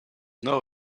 know